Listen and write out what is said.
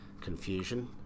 confusion